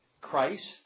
Christ